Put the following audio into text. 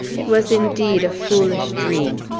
it was, indeed, a foolish dream!